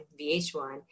VH1